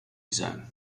zone